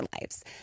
lives